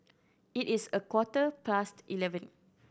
it is a quarter past eleven